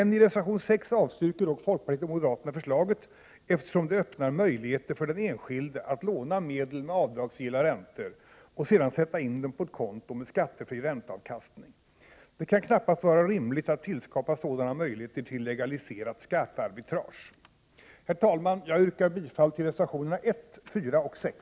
I reservation 6 avstyrker dock folkpartiet och moderaterna förslaget, eftersom det öppnar möjligheter för den enskilde att låna medel med avdragsgilla räntor för att sedan sätta in dem på ett konto med skattefri ränteavkastning. Det kan knappast vara rimligt att tillskapa sådana möjligheter till legaliserat skattearbitrage. Herr talman! Jag yrkar bifall till reservationerna 1, 4 och 6.